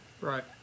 Right